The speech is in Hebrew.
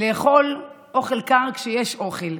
לאכול אוכל קר, כשיש אוכל,